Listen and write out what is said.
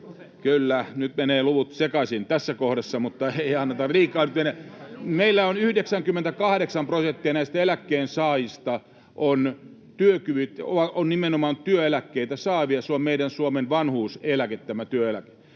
Kyllä, nyt menevät luvut sekaisin tässä kohdassa, mutta ei anneta... — Meillä 98 prosenttia näistä eläkkeensaajista on nimenomaan työeläkkeitä saavia, se on meidän, Suomen, vanhuuseläke tämä työeläke.